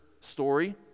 story